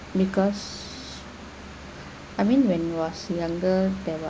because I mean when it was younger there